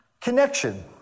connection